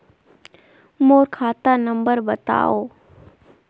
मोर खाता नम्बर बताव?